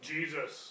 Jesus